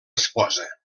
esposa